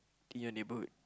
in your neighbourhood